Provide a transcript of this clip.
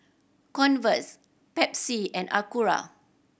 Converse Pepsi and Acura